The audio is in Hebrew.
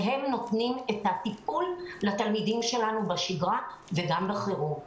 והם נותנים את הטיפול לתלמידים שלנו בחירום ובשגרה.